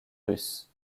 russe